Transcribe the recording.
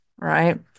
right